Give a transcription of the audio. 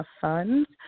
funds